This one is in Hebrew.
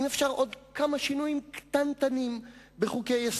אולי אפשר עוד כמה שינויים קטנטנים בחוקי-יסוד.